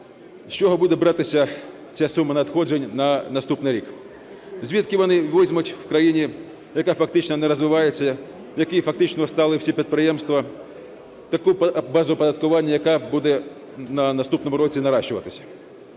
з чого буде братися ця сума надходжень на наступний рік. Звідки вони візьмуть у країні, яка фактично не розвивається, в якій фактично стали всі підприємства, таку базу оподаткування, яка буде на наступному році нарощуватися?